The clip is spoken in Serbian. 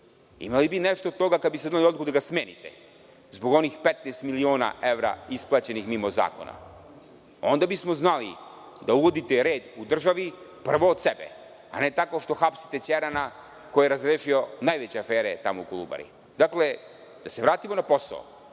Imali bi nešto od toga kada biste doneli odluku da ga smenite, zbog onih 15 miliona evra isplaćenih mimo zakona. Onda bismo znali da uvodite red u državi prvo od sebe, a ne tako što hapsite Ćerana koji je razrešio najveće afere u „Kolubari“.Dakle, da se vratimo na posao,